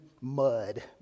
mud